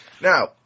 Now